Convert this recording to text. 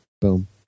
boom